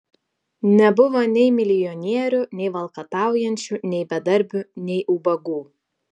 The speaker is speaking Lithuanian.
nebuvo nei milijonierių nei valkataujančių nei bedarbių nei ubagų